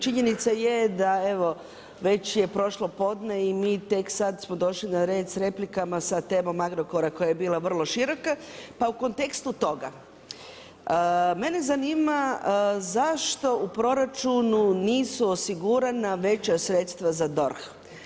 Činjenica je da evo, već je prošlo podne i mi tek sad smo došli na red s replikama sa temom Agrokora koja je bila vrlo široka, pa u kontekstu toga, mene zanima, zašto u proračunu, nisu osigurana veća sredstava za DORH?